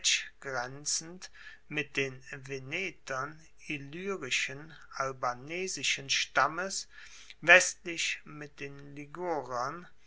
grenzend mit den venetern illyrischen albanesischen stammes westlich mit den